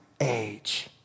age